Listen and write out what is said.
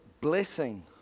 blessing